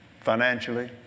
financially